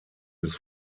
des